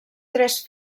tres